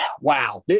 Wow